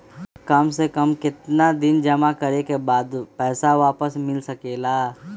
काम से कम केतना दिन जमा करें बे बाद पैसा वापस मिल सकेला?